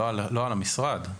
ולא על המשרד.